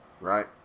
Right